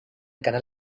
canal